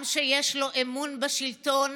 עם שיש לו אמון בשלטון